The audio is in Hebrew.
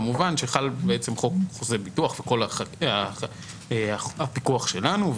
כמובן שחל חוק חוזה הביטוח והפיקוח שלנו,